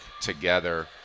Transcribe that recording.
together